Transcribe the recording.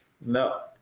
No